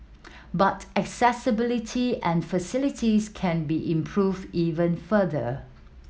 but accessibility and facilities can be improved even further